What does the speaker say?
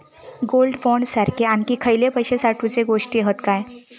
Gold bond सारखे आणखी खयले पैशे साठवूचे गोष्टी हत काय?